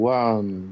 one